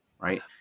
Right